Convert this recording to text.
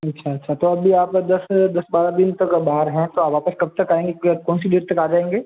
अच्छा अच्छा तो अभी आप दस दस बारह दिन तक बाहर हैं तो आप वापस कब तक आएंगे क्या कौन सी डेट तक आ जाएंगे